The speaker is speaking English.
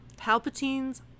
Palpatine's